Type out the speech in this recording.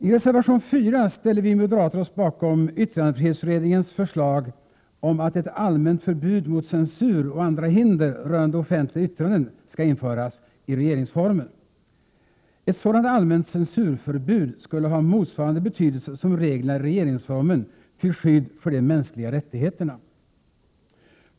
I reservation 4 ställer vi moderater oss bakom yttrandefrihetsutredningens förslag om att ett allmänt förbud mot censur och andra hinder rörande offentliga yttranden skall införas i regeringsformen. Ett sådant allmänt censurförbud skulle ha motsvarande betydelse som reglerna i regeringsformen till skydd för de mänskliga rättigheterna.